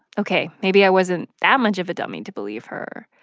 ok, maybe i wasn't that much of a dummy to believe her.